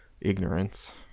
ignorance